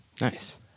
Nice